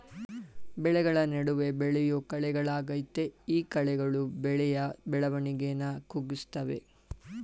ಬೆಳೆಗಳ ನಡುವೆ ಬೆಳೆಯೋ ಕಳೆಗಳಾಗಯ್ತೆ ಈ ಕಳೆಗಳು ಬೆಳೆಯ ಬೆಳವಣಿಗೆನ ಕುಗ್ಗಿಸ್ತವೆ